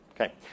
Okay